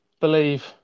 believe